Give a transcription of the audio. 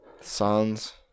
Sons